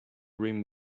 rim